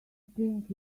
think